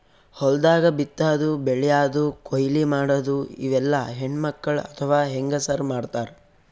ಹೊಲ್ದಾಗ ಬಿತ್ತಾದು ಬೆಳ್ಯಾದು ಕೊಯ್ಲಿ ಮಾಡದು ಇವೆಲ್ಲ ಹೆಣ್ಣ್ಮಕ್ಕಳ್ ಅಥವಾ ಹೆಂಗಸರ್ ಮಾಡ್ತಾರ್